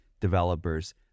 developers